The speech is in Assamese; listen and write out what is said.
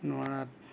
নোৱাৰাত